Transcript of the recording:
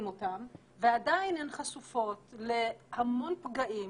אותן ועדיין הן חשופות להמון פגעים,